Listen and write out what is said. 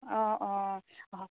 অঁ অঁ অঁ